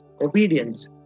Obedience